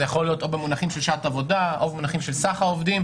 זה יכול להיות או במונחים של שעת עבודה או במונחים של סך העובדים.